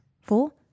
four